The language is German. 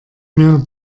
mir